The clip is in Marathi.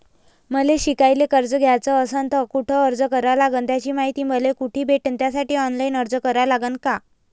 मले शिकायले कर्ज घ्याच असन तर कुठ अर्ज करा लागन त्याची मायती मले कुठी भेटन त्यासाठी ऑनलाईन अर्ज करा लागन का?